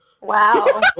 Wow